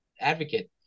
advocate